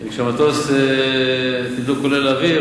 וכשמטוס תדלוק עולה לאוויר,